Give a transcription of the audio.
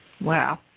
Wow